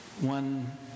one